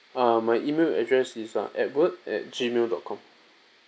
err my email address is uh edward at gmail dot com